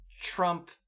trump